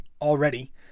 already